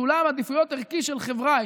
סולם עדיפויות ערכי של חברה.